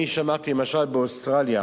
אני שמעתי שלמשל באוסטרליה,